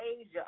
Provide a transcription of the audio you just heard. Asia